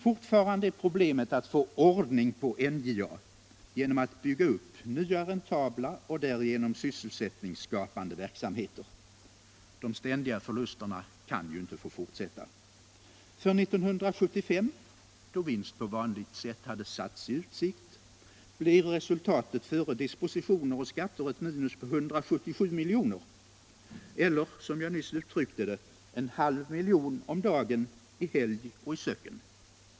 Fortfarande är problemet att få ordning på NJA genom att bygga upp nya räntabla och därigenom sysselsättningsskapande verksamheter. De ständiga förlusterna kan ju inte få fortsätta. För 1975 — då på vanligt sätt vinst hade satts i utsikt — blev resultatet före dispositioner och skatter ett minus på 177 miljoner, eller — som jag nyss uttryckte det — en halv miljon om dagen i helg som i söcken.